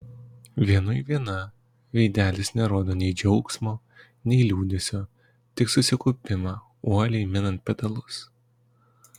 vienui viena veidelis nerodo nei džiaugsmo nei liūdesio tik susikaupimą uoliai minant pedalus